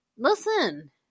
Listen